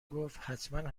گفت، حتما